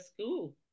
school